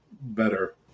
better